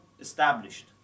established